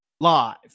live